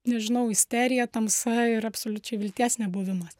nežinau isterija tamsa ir absoliučiai vilties nebuvimas